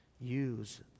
use